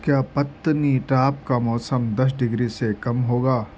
کیا پتنی ٹاپ کا موسم دس ڈگری سے کم ہوگا